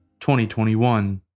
2021